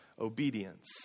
obedience